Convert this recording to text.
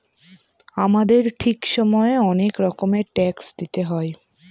আমাদেরকে ঠিক সময়ে অনেক রকমের ট্যাক্স দিতে হয়